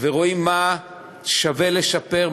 ורואים מה שווה לשפר,